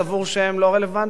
סבור שהן לא רלוונטיות?